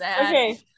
okay